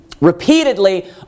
repeatedly